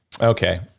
okay